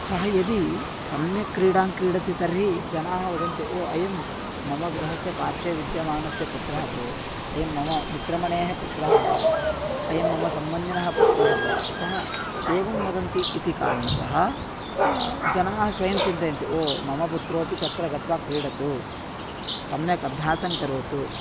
सः यदि सम्यक् क्रीडां क्रीडति तर्हि जनाः वदन्ति ओ अयं मम गृहस्य पार्श्वे विद्यमानस्य पुत्रः भो अयं मम मित्रमणेः पुत्रः भो अयं मम सम्बन्धिनः पुत्रः भो अतः एवं वदन्ति इति कारणतः जनाः स्वं चिन्तयन्ति ओ मम पुत्रोपि तत्र गत्वा क्रीडतु सम्यक् अभ्यासं करोतु